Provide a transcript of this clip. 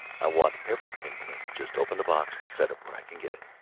i want everything clean just open the box and set it where i can get it.